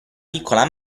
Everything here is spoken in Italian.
piccola